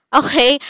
okay